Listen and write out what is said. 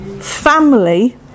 family